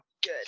good